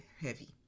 heavy